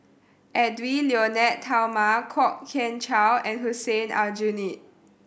Edwy Lyonet Talma Kwok Kian Chow and Hussein Aljunied